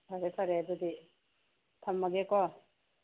ꯐꯔꯦ ꯐꯔꯦ ꯑꯗꯨꯗꯤ ꯊꯝꯃꯒꯦꯀꯣ